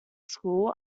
school